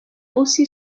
aussi